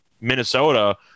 Minnesota